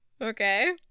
Okay